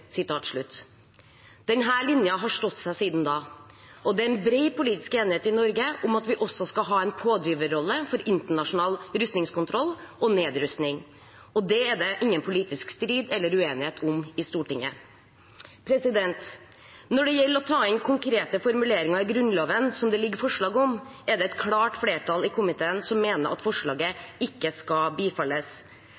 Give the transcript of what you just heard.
har stått seg siden da, og det er en bred politisk enighet i Norge om at vi også skal ha en pådriverrolle for internasjonal rustningskontroll og nedrustning. Det er det ingen politisk strid eller uenighet om i Stortinget. Når det gjelder å ta inn konkrete formuleringer i Grunnloven, som det foreligger forslag om, er det et flertall i komiteen som mener at forslaget